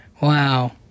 Wow